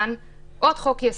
אני חוזרת עשרות גנים חדשים כל